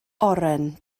oren